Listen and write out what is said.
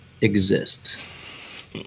exist